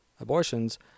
abortions